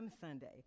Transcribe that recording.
Sunday